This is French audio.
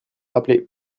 appelé